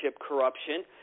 corruption